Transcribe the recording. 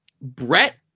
Brett